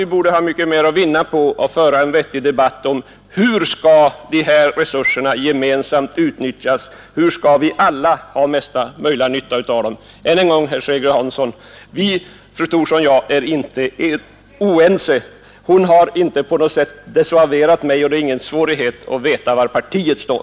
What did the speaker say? Vi har mycket mer att vinna på att föra en vettig debatt om hur våra resurser gemensamt skall utnyttjas för att alla skall få bästa möjliga nytta av dem. Ännu en gång, herr Hansson i Skegrie: fru Thorsson och jag är inte oense. Hon har inte på något sätt desavuerat mig, och det är inte svårt att veta var vårt parti står.